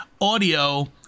audio